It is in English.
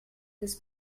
this